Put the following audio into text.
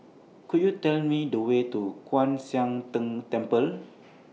Could YOU Tell Me The Way to Kwan Siang Tng Temple